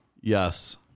Yes